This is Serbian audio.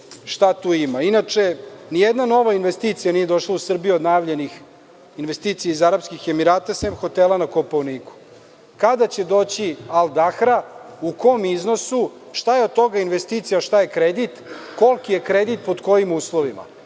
šta tu ima. Inače, ni jedna nova investicija nije došla u Srbiju od najavljenih investicija iz Arapskih Emirata, sem hotela na Kopaoniku. Kada će doći Al Dahra u kom iznosu, šta je od toga investicija, a šta je kredit? Koliki je kredit i pod kojim uslovima?